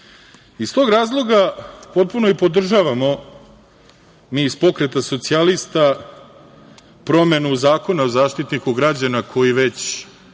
tog razloga potpuno podržavamo mi iz Pokreta socijalista, promenu Zakona o Zaštitniku građana, koji već